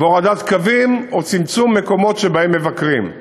והורדת קווים או צמצום מקומות שבהם מבקרים.